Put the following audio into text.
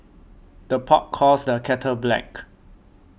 the pot calls the kettle black